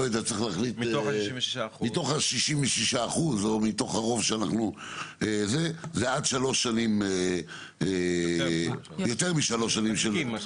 מתוך ה-66% זה יותר משלוש שנים של בעלות